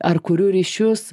ar kurių ryšius